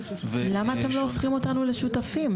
למה אתם לא הופכים אותנו לשותפים?